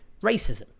racism